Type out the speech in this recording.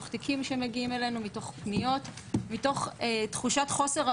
בתוך סל הכלים שלנו לעזור לנשים שנפגעות,